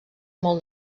molt